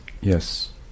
yes